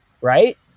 right